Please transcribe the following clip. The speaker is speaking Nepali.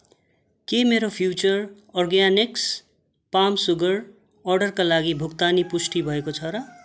के मेरो फ्युचर अर्ग्यानिक्स पाल्म सुगर अर्डरका लागि भुक्तानी पुष्टि भएको छ र